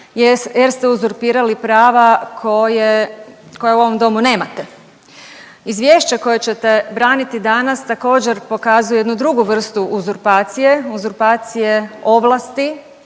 jer ste uzurpirali prava koje, koje u ovom domu nemate. Izvješće koje ćete braniti danas, također, pokazuje jednu drugu vrstu uzurpacije, uzurpacije ovlasti,